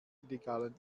illegalen